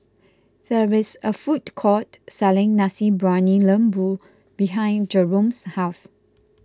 there is a food court selling Nasi Briyani Lembu behind Jerome's house